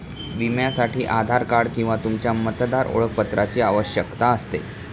विम्यासाठी आधार कार्ड किंवा तुमच्या मतदार ओळखपत्राची आवश्यकता असते